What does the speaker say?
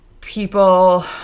people